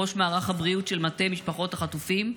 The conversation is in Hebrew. ראש מערך הבריאות של מטה משפחות החטופים,